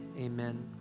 amen